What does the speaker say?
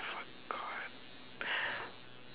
I forgot